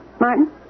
Martin